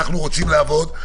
אנחנו רוצים לעבוד,